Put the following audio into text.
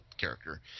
character